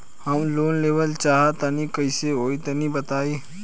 हम लोन लेवल चाहऽ तनि कइसे होई तनि बताई?